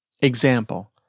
Example